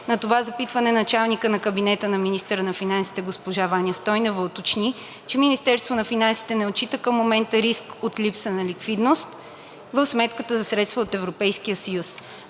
На това запитване началникът на кабинета на министъра на финансите госпожа Ваня Стойнева уточни, че Министерството на финансите не отчита към момента риск от липса на ликвидност в сметката за средства от Европейския съюз.